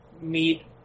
meet